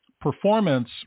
performance